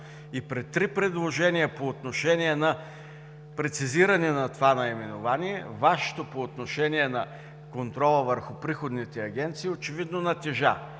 при три предложения по отношение на прецизиране на това наименование, Вашето по отношение на контрола върху приходните агенции очевидно натежа.